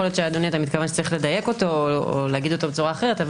יכול להיות שאתה מתכוון שצריך לדייק אותו או להגיד אותו בצורה אחרת.